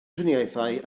triniaethau